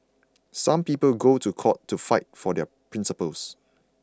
some people go to court to fight for their principles